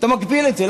אתה מגביל את זה.